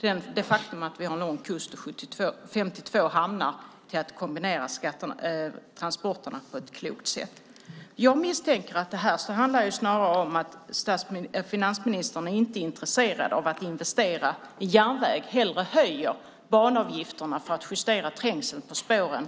Faktum är också att vi har en lång kust och 52 hamnar. Det gäller att kombinera transporterna på ett klokt sätt. Jag misstänker att detta snarare handlar om att finansministern inte är intresserad av att investera i järnväg. Han höjer hellre banavgifterna för att justera trängseln på spåren.